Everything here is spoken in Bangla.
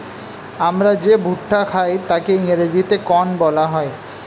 আমরা যে ভুট্টা খাই তাকে ইংরেজিতে কর্ন বলা হয়